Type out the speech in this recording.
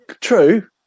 true